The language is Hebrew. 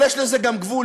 אבל יש לזה גבול,